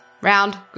round